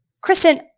Kristen